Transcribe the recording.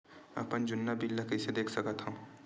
अपन जुन्ना बिल ला कइसे देख सकत हाव?